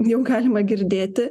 jau galima girdėti